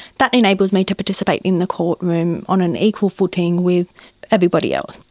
that enables me to participate in the courtroom on an equal footing with everybody else.